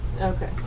Okay